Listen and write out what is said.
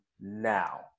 now